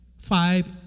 five